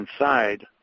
inside